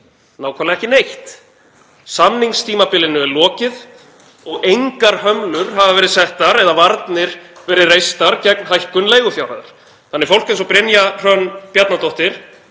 Nákvæmlega ekki neitt. Samningstímabilinu er lokið og engar hömlur hafa verið settar eða varnir verið reistar gegn hækkun leigufjárhæðar. Fólk eins og Brynja Hrönn Bjarnadóttir